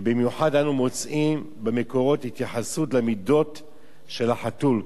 ובמיוחד אנו מוצאים במקורות התייחסות למידות של החתול,